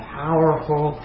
powerful